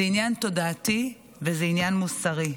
זה עניין תודעתי וזה עניין מוסרי.